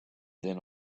then